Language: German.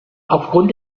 aufgrund